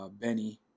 Benny